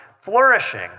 Flourishing